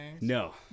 no